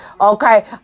okay